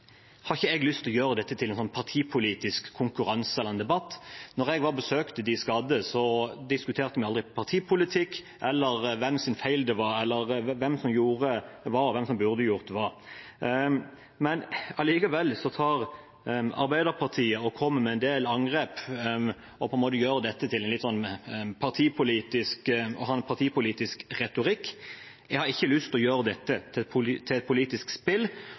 har ikke lyst til å gjøre dette til en partipolitisk konkurranse eller debatt. Da jeg besøkte de skadde, diskuterte vi aldri partipolitikk eller hvem som hadde gjort feil, eller hvem som gjorde hva, og hvem som burde gjort hva. Allikevel kommer Arbeiderpartiet med en del angrep og har på en måte en partipolitisk retorikk. Jeg har ikke lyst til å gjøre dette til et politisk spill. For meg spiller det ingen rolle hvem som får den politiske gevinsten av dette.